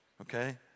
Okay